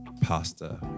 pasta